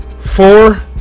Four